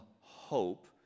hope